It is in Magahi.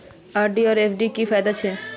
आर.डी आर एफ.डी की फ़ायदा छे?